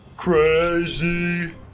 Crazy